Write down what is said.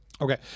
Okay